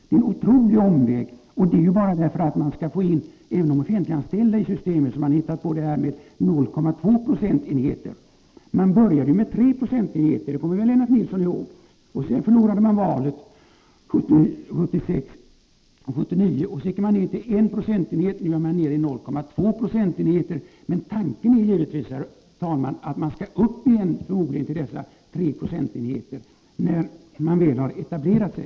Det är en otrolig omväg. Och det är bara för att få in även de offentliganställda i systemet som man har hittat på detta med 0,2 procentenheter i höjd ATP-avgift. Man började med 3 procentenheter — det kommer väl Lennart Nilsson ihåg! Sedan förlorade man valet 1979 och gick ned till 1 procentenhet. Nu är man nere i 0,2 procentenheter. Men tanken är givetvis, herr talman, att man skall gå upp igen till dessa 3 procentenheter, när man väl har etablerat sig.